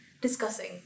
discussing